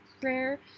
prayer